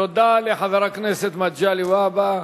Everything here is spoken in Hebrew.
תודה לחבר הכנסת מגלי והבה.